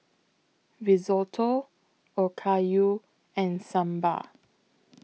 Risotto Okayu and Sambar